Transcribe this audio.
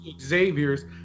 Xavier's